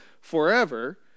forever